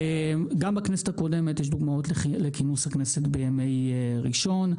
גם בכנסת הקודמת יש דוגמאות לכינוס הכנסת בימי ראשון.